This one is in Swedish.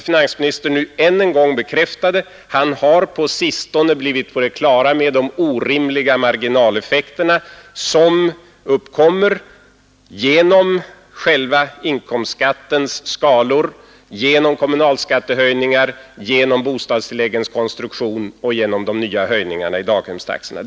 Finansministern bekräftade nu än en gång att han på sistone blivit på det klara med de orimliga marginaleffekter som uppkommer genom inkomstskatteskalorna, genom kommunalskattehöjningar, genom bostadstilläggens konstruktion och genom de nya höjningarna i daghemstaxorna.